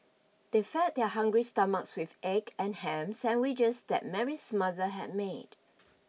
they fed their hungry stomachs with egg and ham sandwiches that Mary's mother had made